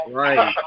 right